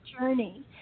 journey